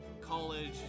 college